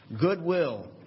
goodwill